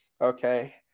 okay